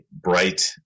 bright